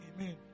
Amen